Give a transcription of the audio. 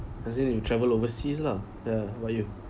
as in you travel overseas lah ya why you